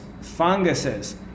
funguses